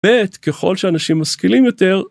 ב', .. ככל שאנשים משכילים יותר